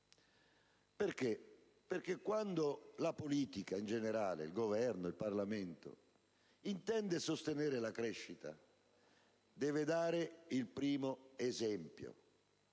mancante. Quando la politica in generale, il Governo il Parlamento, intende sostenere la crescita deve dare il primo esempio,